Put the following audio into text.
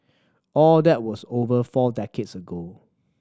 all that was over four decades ago